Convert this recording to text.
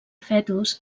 fetus